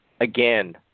again